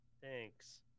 Thanks